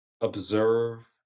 observe